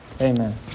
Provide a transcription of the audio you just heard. Amen